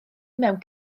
mewn